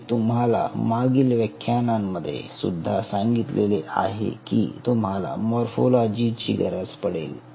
मी तुम्हाला मागील व्याख्यानांमध्ये सुद्धा सांगितले आहे की तुम्हाला मोर्फोलॉजी ची गरज पडेल